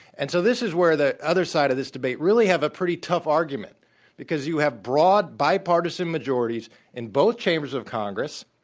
and so this is where the other side of this debate really have a pretty tough argument because you have broad bipartisan majorities in both chambers of congress,